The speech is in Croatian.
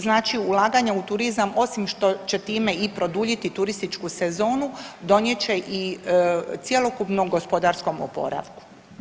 Znači ulaganja u turizam osim što će time i produljiti turističku sezonu donijet će i cjelokupnom gospodarskom oporavku.